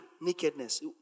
nakedness